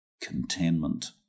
containment